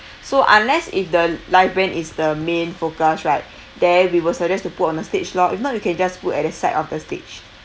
so unless if the live band is the main focus right then we will suggest to put on the stage lor if not we can just put at the side of the stage